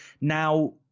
now